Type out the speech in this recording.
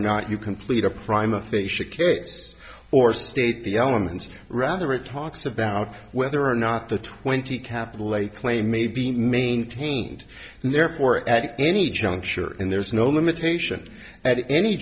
not you complete a crime of they should or state the elements rather it talks about whether or not the twenty capital a claim may be maintained and therefore at any juncture and there is no limitation at any